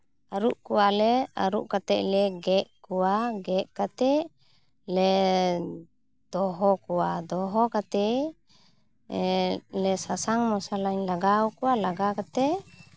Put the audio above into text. ᱟᱹᱨᱩᱵ ᱠᱚᱣᱟᱞᱮ ᱟᱹᱨᱩᱵ ᱠᱟᱛᱮᱫ ᱞᱮ ᱜᱮᱫ ᱠᱚᱣᱟ ᱜᱮᱫ ᱠᱟᱛᱮᱫ ᱞᱮ ᱫᱚᱦᱚ ᱠᱚᱣᱟ ᱫᱚᱦᱚ ᱠᱟᱛᱮᱫ ᱥᱟᱥᱟᱝ ᱢᱚᱥᱞᱟᱧ ᱞᱟᱜᱟᱣ ᱠᱚᱣᱟ ᱞᱟᱜᱟᱣ ᱠᱟᱛᱮᱫ